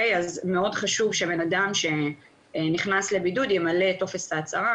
אז מאוד חשוב שבנאדם שנכנס לבידוד ימלא את טופס ההצהרה,